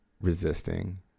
resisting